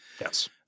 Yes